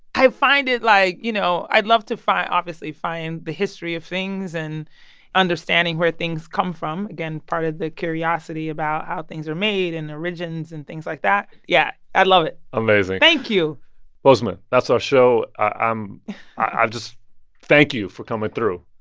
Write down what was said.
i find it, like, you know i love to, obviously, find the history of things and understanding where things come from again, part of the curiosity about how things are made and origins and things like that. yeah, i love it amazing thank you bozoma, that's our show. ah um i just thank you for coming through.